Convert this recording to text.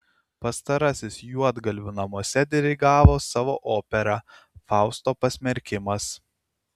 pastarasis juodgalvių namuose dirigavo savo operą fausto pasmerkimas